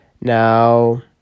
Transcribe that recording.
Now